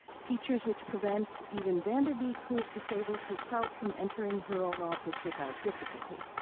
features which prevents even vander beek who is disabled herself from entering her own office without difficulty.